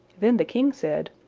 then the king said,